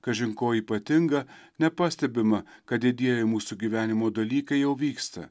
kažin ko ypatinga nepastebima kad didieji mūsų gyvenimo dalykai jau vyksta